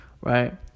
right